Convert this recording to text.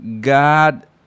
God